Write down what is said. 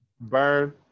Burn